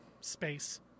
space